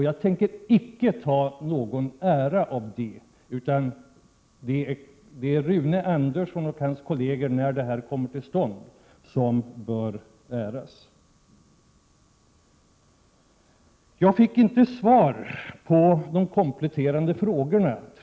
Jag tänker icke ta åt mig någon ära av detta arbete. När projekten slutligen kommer att genomföras är det Rune Andersson och hans kolleger som bör äras. Trots ett långt inlägg från industriministerns sida fick jag inte något svar på de kompletterande frågorna.